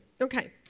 okay